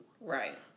Right